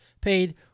paid